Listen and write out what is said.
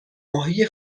ماهی